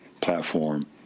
platform